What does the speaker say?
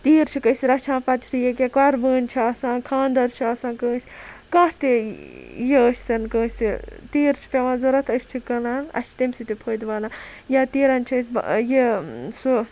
تیٖر چھِکھ أسۍ رَچھان پَتہٕ یُتھے ییٚکیاہ قۄربٲنۍ چھِ آسان کھاندَر چھُ آسان کٲنٛسہِ کانٛہہ تہِ یہِ ٲسۍ تَن کٲنٛسہِ تیٖر چھِ پیٚوان ضوٚرَتھ أسۍ چھِ کٕنان اَسہِ چھُ تمہِ سۭتۍ تہِ فٲیدٕ واتان یا تیٖرَن چھِ أسۍ یہِ سُہ